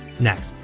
next,